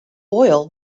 oil